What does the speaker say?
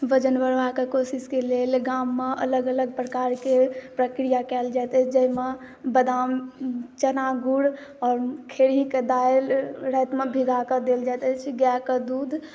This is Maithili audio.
वजन बढ़ेबाके कोशिशके लेल गाममे अलग अलग प्रकारके प्रक्रिआ कएल जाइत अछि जाहिमे बादाम चना गुड़ आओर खेरहीके दालि रातिमे भिगाकऽ देल जाइत अछि गाइके दूध